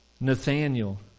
Nathaniel